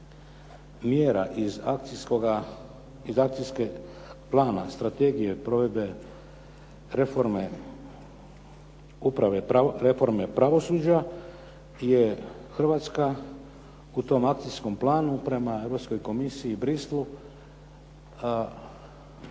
mjera iz Akcijskog plana, Strategije provedbe reforme pravosuđa je Hrvatska u tom akcijskom planu prema Europskoj komisiji i Bruxellesu